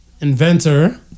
inventor